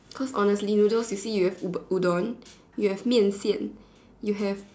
cause honestly noodles you see you have u~ Udon you have 面线 you have